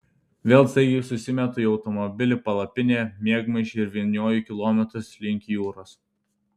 vėl staigiai susimetu į automobilį palapinę miegmaišį ir vynioju kilometrus link jūros